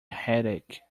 headache